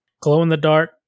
glow-in-the-dark